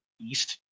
east